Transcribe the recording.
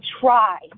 try